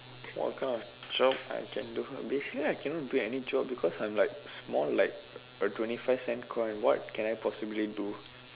what kind of job I can do basically I cannot do any job because I'm like small like a twenty five percent coin what can I possibly do